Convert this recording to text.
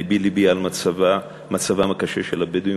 לבי לבי למצבם הקשה של הבדואים,